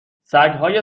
سگهای